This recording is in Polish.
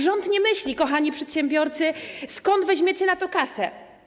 Rząd nie myśli, kochani przedsiębiorcy, skąd weźmiecie na to kasę.